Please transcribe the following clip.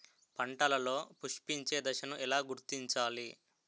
పంటలలో పుష్పించే దశను ఎలా గుర్తించాలి?